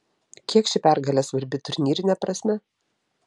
kiek ši pergalė svarbi turnyrine prasme